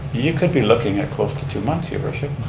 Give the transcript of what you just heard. you could be looking at close to two months your worship.